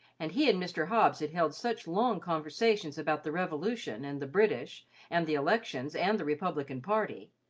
and he and mr. hobbs had held such long conversations about the revolution and the british and the elections and the republican party,